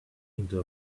into